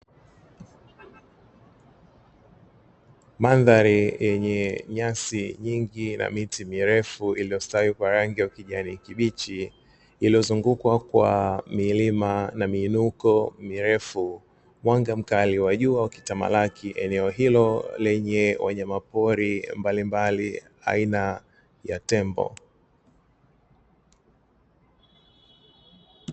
Mandhari yenye nyasi nyingi na miti mirefu iliyostawi kwa rangi ya kijani kibichi, iliyozungukwa kwa milima na miiinuko mirefu, mwanga mkali wa jua ukitamalaki eneo hilo lenye wanyama pori mbalimbali aina ya tembo.